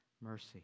mercy